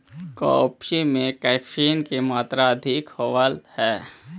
coffee में caffeine की मात्रा अधिक होवअ हई